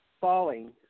falling